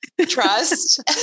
trust